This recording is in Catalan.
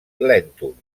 lèntul